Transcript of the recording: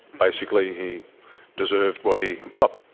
basically he deserved what he got.